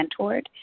mentored